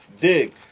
Dig